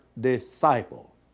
disciple